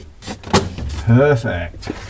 Perfect